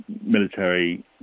military